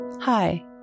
Hi